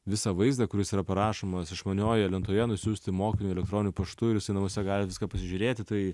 visą vaizdą kuris yra parašomas išmaniojoje lentoje nusiųsti mokytojui elektroniniu paštu ir jisai namuose gali viską pasižiūrėti tai